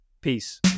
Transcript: Peace